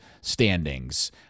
standings